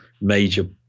major